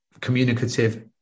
communicative